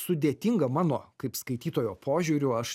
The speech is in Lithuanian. sudėtinga mano kaip skaitytojo požiūriu aš